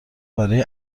برای